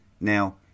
Now